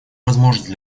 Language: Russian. возможность